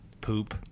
Poop